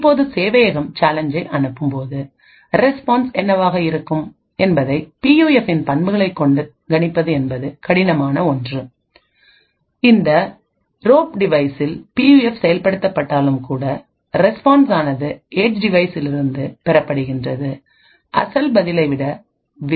இப்போது சேவையகம் சேலஞ்சை அனுப்பும் போதுரெஸ்பான்ஸ் என்னவாக இருக்கும் என்பதை பியூஎஃப்பின் பண்புகளை கொண்டு கணிப்பது என்பது கடினமான ஒன்று